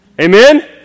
Amen